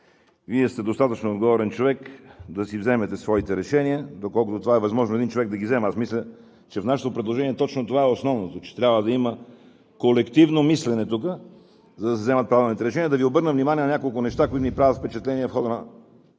Вие сте достатъчно отговорен човек, за да си вземете своите решения, доколкото е възможно един човек да ги вземе. Мисля, че в нашето предложение точно това е основното, че трябва да има колективно мислене тук, за да се вземат правилните решения. Ще Ви обърна внимание на няколко неща, които ни правят впечатление в хода на